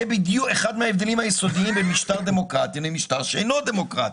זה אחד ההבדלים היסודיים בין משטר דמוקרטי למשטר שאינו דמוקרטי.